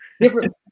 Different